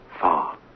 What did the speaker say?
Far